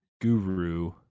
guru